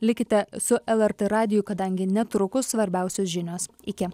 likite su lrt radiju kadangi netrukus svarbiausios žinios iki